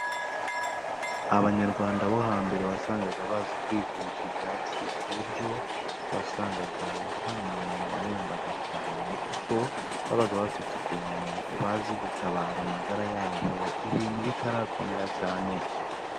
Abanyarwanda bo hambere wasangaga bazi kwivusha ibyatsi ku buryo wasangaga nta muntu warembaga cyane, kuko babaga bafite ukuntu bazi gutabara amagara yabo ibintu bitarakomera cyane.